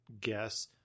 guess